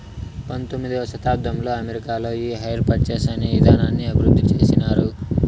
పంతొమ్మిదవ శతాబ్దంలో అమెరికాలో ఈ హైర్ పర్చేస్ అనే ఇదానాన్ని అభివృద్ధి చేసినారు